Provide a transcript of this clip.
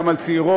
גם על צעירות,